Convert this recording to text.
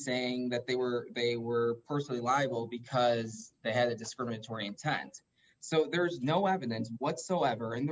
saying that they were they were personally liable because they had a discriminatory intent so there is no evidence whatsoever